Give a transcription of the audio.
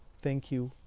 thank you.